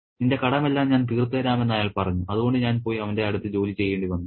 നിന്റെ കടമെല്ലാം ഞാൻ തീർത്തു തരാം എന്ന് അയാൾ പറഞ്ഞു അതുകൊണ്ട് ഞാൻ പോയി അവന്റെ അടുത്ത് ജോലി ചെയ്യേണ്ടി വന്നു